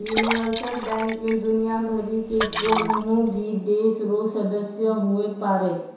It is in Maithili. यूनिवर्सल बैंक मे दुनियाँ भरि के कोन्हो भी देश रो सदस्य हुवै पारै